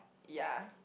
ya